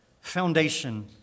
foundation